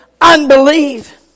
unbelief